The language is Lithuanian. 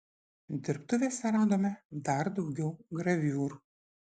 dirbtuvėse radome dar daugiau graviūrų